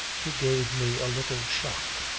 he gave me a little shock.